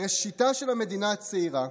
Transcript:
בראשיתה של המדינה הצעירה,